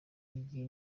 igihe